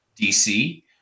DC